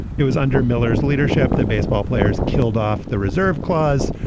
it was under miller's leadership that baseball players killed off the reserve clause,